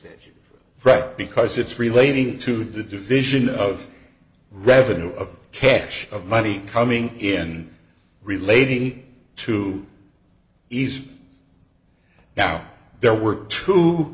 that right because it's relating to the division of revenue of cash of money coming in relating to ease now there were